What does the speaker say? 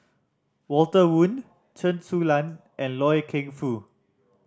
Walter Woon Chen Su Lan and Loy Keng Foo